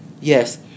yes